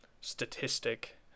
statistic